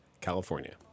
California